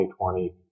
2020